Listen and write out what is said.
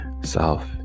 south